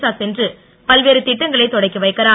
சா சென்று பல்வேறு திட்டங்களை தொடக்கி வைக்கிறார்